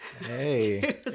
Hey